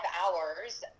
hours